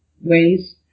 ways